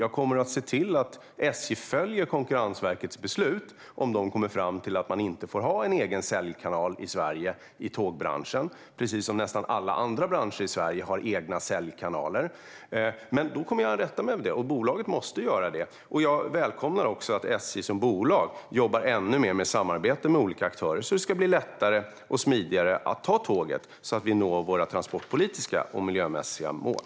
Jag kommer att se till att SJ följer Konkurrensverkets beslut om man kommer fram till att SJ inte får ha en egen säljkanal i tågbranschen i Sverige, även om nästan alla andra branscher har egna säljkanaler. Blir det så kommer jag att rätta mig efter det, och bolaget måste ju göra det. Jag välkomnar också att SJ som bolag jobbar ännu mer med samarbete med olika aktörer så att det ska bli lättare och smidigare att ta tåget och nå våra transportpolitiska och miljömässiga mål.